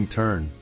turn